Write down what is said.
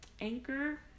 anchor